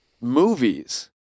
movies